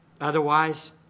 Otherwise